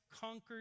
conquered